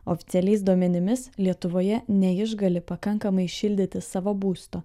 oficialiais duomenimis lietuvoje neišgali pakankamai šildyti savo būsto